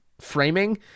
framing